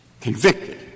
convicted